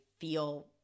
feel